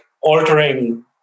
altering